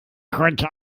konnte